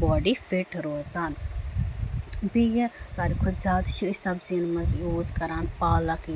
body fit روزان بیٚیہِ ساروی کھۄتہٕ زیادٕ چھِ أسۍ سَبزین منٛز یوٗز پالَکھ